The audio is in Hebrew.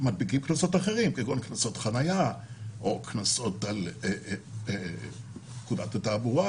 כגון קנסות חניה או קנסות על עבירות בפקודת התעבורה,